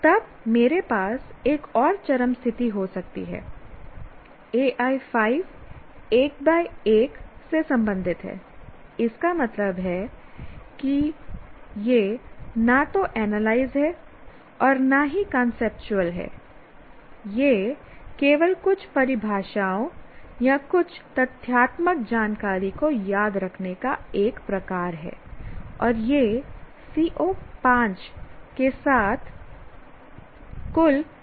तब मेरे पास एक और चरम स्थिति हो सकती है AI 5 1 1 से संबंधित है इसका मतलब है कि यह न तो एनालाइज है और ना ही कांसेप्चुअल conceptual है यह केवल कुछ परिभाषाओं या कुछ तथ्यात्मक जानकारी को याद रखने का एक प्रकार है और यह CO 5 के साथ कुल मिसालाइनमेंट में है